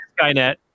Skynet